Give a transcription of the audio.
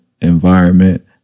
environment